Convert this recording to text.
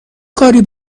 کاری